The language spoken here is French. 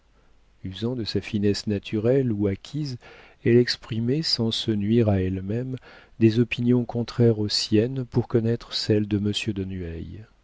usant de sa finesse naturelle ou acquise elle exprimait sans se nuire à elle-même des opinions contraires aux siennes pour connaître celles de monsieur de